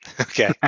Okay